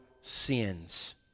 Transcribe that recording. sins